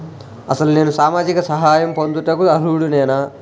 అసలు నేను సామాజిక సహాయం పొందుటకు అర్హుడనేన?